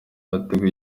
hateguwe